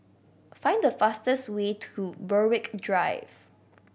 find the fastest way to Berwick Drive